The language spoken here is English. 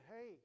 Hey